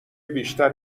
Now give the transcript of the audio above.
بیشتر